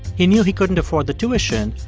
he knew he couldn't afford the tuition,